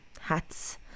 hats